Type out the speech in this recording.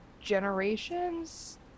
generations